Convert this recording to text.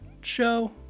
show